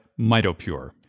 MitoPure